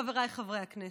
חבריי חברי הכנסת,